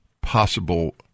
possible